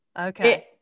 Okay